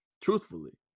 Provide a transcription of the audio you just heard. truthfully